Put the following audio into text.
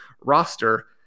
roster